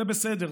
זה בסדר,